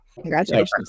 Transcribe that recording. Congratulations